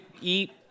eat